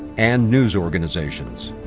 and news organizations.